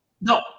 No